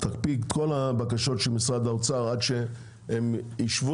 תקפיא את כל הבקשות של משרד האוצר עד שהם יישבו